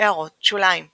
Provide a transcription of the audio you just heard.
הערות שוליים ==